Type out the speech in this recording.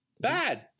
Bad